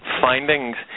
findings